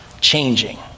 changing